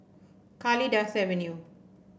Kalidasa Avenue